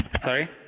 Sorry